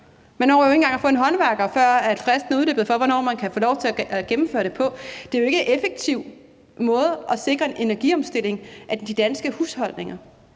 Man når jo ikke engang at få en håndværker, før fristen for, hvornår man kan få lov til at gennemføre det, er udløbet. Det er jo ikke en effektiv måde at sikre en energiomstilling af de danske husholdninger